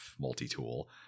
multi-tool